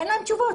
אין להם תשובות.